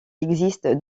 existe